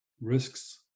risks